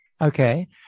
Okay